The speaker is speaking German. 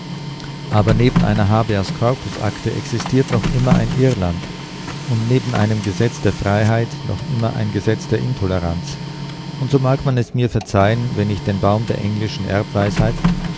aber neben einer habeas corpus akte existiert noch immer ein irland und neben einem gesetz der freiheit noch immer ein gesetz der intoleranz und so mag man es mir verzeihen wenn ich den baum der englischen